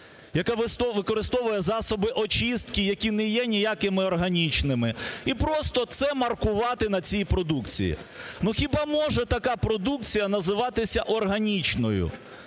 яка використовує засоби очистки, які не є ніякими органічними, і просто це маркувати на цій продукції? Ну, хіба може така продукція називатися органічною?